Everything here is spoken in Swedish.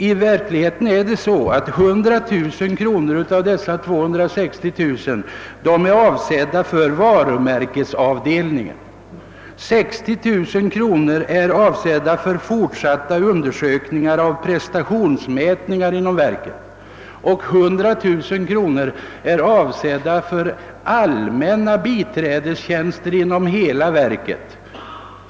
I verkligheten är 100 000 kronor avsedda för varumärkesavdelningen, 60 000 kronor för fortsatta undersökningar av prestationsmätningar inom verket och 100000 kronor för allmänna biträdestjänster inom hela verket.